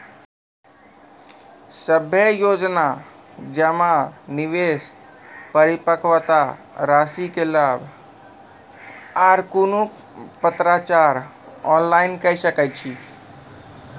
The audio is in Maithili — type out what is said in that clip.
सभे योजना जमा, निवेश, परिपक्वता रासि के लाभ आर कुनू पत्राचार ऑनलाइन के सकैत छी?